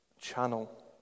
channel